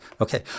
Okay